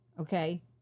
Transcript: Okay